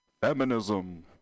Feminism